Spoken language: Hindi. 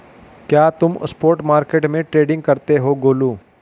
क्या तुम स्पॉट मार्केट में ट्रेडिंग करते हो गोलू?